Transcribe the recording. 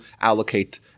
allocate